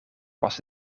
was